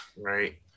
Right